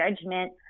judgment